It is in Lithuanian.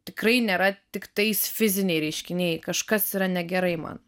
tikrai nėra tiktais fiziniai reiškiniai kažkas yra negerai man